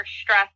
stress